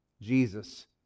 Jesus